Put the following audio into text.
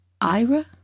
ira